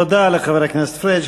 תודה לחבר הכנסת פריג'.